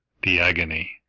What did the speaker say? the agony!